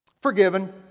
Forgiven